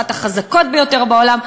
אחת החזקות בעולם.